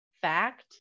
Fact